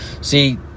see